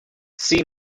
see